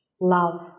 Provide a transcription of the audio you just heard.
love